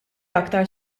aktar